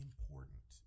Important